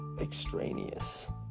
extraneous